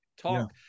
talk